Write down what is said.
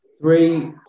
Three